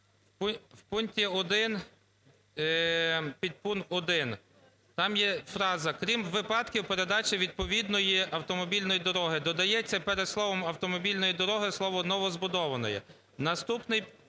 В пункті 1 підпункт 1, там є фраза "крім випадків передачі відповідної автомобільної дороги", додається перед словами "автомобільної дороги" слово "новозбудованої".